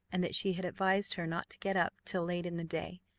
and that she had advised her not to get up till late in the day.